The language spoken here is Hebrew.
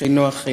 שאינו אכיל.